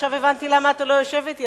עכשיו הבנתי למה אתה לא יושב אתי,